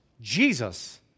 Jesus